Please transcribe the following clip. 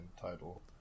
title